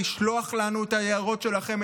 לשלוח לנו את ההערות שלכם,